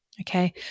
Okay